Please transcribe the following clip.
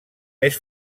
més